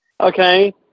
Okay